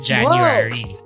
January